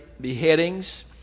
beheadings